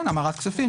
כן, המרת כספים.